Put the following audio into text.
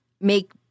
make